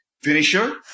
finisher